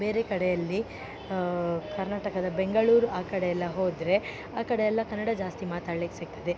ಬೇರೆ ಕಡೆಯಲ್ಲಿ ಕರ್ನಾಟಕದ ಬೆಂಗಳೂರು ಆ ಕಡೆ ಎಲ್ಲ ಹೋದರೆ ಆ ಕಡೆ ಎಲ್ಲ ಕನ್ನಡ ಜಾಸ್ತಿ ಮಾತಾಡ್ಲಿಕ್ಕೆ ಸಿಕ್ತದೆ